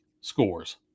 scores